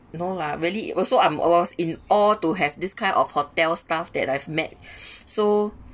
no lah really also I'm was in awe to have this kind of hotel staff that I've met so